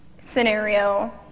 scenario